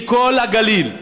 מכל הגליל,